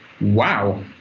wow